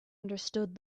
understood